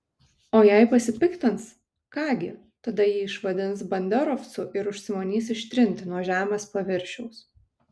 o jei pasipiktins ką gi tada jį išvadins banderovcu ir užsimanys ištrinti nuo žemės paviršiaus